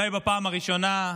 אולי בפעם הראשונה,